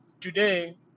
Today